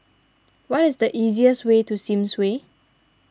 what is the easiest way to Sims Way